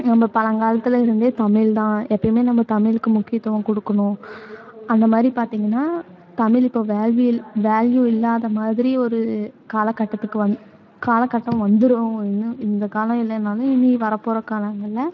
நம்ம பழங்காலத்துல இருந்தே தமிழ்தான் எப்போமே நம்ம தமிழுக்கு முக்கியத்துவம் கொடுக்கணும் அந்தமாதிரி பாத்தீங்கன்னா தமிழ் இப்போ வேல்வியல் வேல்யூ இல்லாதமாதிரி ஒரு காலகட்டத்துக்கு வந் காலக்கட்டம் வந்துருன்னு இந்த காலம் இல்லைனாலும் இனி வரபோகிற காலங்களில்